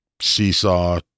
seesaw